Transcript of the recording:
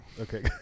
Okay